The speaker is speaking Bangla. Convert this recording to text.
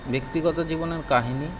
ব্যক্তিগত জীবনের কাহিনী